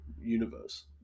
universe